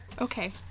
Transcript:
Okay